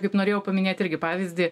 kaip norėjau paminėt irgi pavyzdį